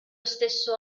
stesso